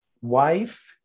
wife